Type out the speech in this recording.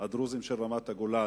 בדרוזים ברמת-הגולן.